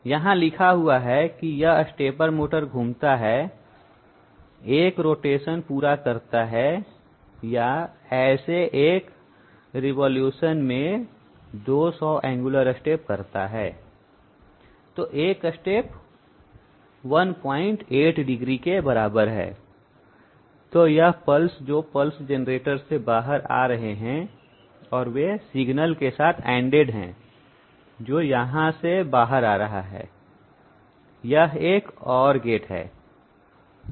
यहां लिखा हुआ है यह स्टेप्पर मोटर घूमता है एक रोटेशन पूरा करता है या ऐसे एक रिवॉल्यूशन में 200 एंगुलर स्टेप करता है तो एक स्टेप 18° के बराबर है तो यह पल्स जो पल्स जेनरेटर से बाहर आ रहे हैं और वे सिग्नल के साथ ANDED हैं जो यहां से बाहर आ रहा है यह एक OR GATE है अब यह क्या है